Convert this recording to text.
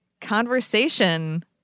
conversation